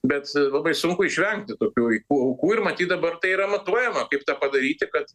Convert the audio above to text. bet labai sunku išvengti tokių aikų aukų ir matyt dabar tai yra matuojama kaip tą padaryti kad